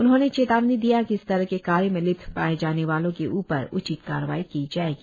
उन्होंने चेतावनी दिया कि इस तरह के कार्य में लिप्त पाये जाने वालो के उपर उचित कार्रवाई की जाएगी